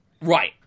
Right